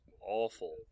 awful